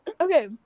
Okay